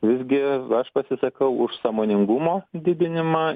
visgi aš pasisakau už sąmoningumo didinimą